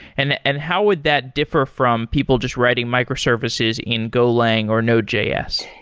and and how would that differ from people just writing microservices in golang or nodejs?